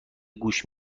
گوش